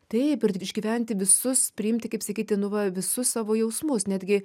taip ir t išgyventi visus priimti kaip sakyti nu va visus savo jausmus netgi